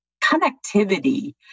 connectivity